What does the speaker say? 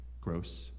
gross